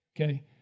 Okay